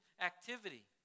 activity